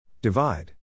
Divide